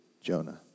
Jonah